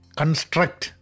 construct